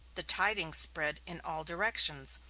the tidings spread in all directions.